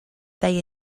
they